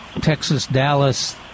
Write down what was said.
Texas-Dallas